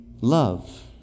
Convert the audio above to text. love